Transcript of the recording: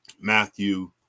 Matthew